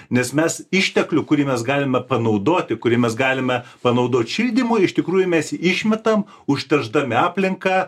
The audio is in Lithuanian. nes mes išteklių kurį mes galime panaudoti kurį mes galime panaudot šildymui iš tikrųjų mes išmetam užteršdami aplinką